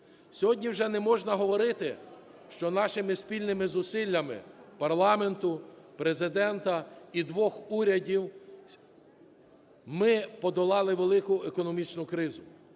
Сьогодні вже не можна говорити, що нашими спільними зусиллями: парламенту, Президента і двох урядів - ми подолали велику економічну кризу.